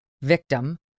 victim